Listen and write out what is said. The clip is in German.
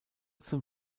zum